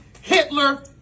Hitler